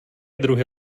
druhy